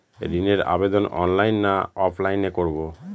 ঋণের আবেদন অনলাইন না অফলাইনে করব?